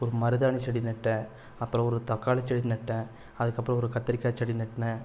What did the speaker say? ஒரு மருதாணி செடி நட்டேன் அப்புறம் ஒரு தக்காளி செடி நட்டேன் அதுக்கப்புறம் ஒரு கத்திரிக்காய் செடி நட்டேன்